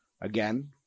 Again